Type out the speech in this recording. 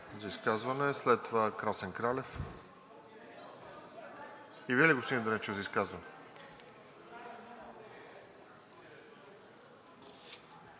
за изказване. След това Красен Кралев. И Вие ли, господин Дренчев, за изказване?